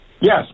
Yes